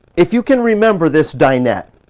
if you can remember this dinette,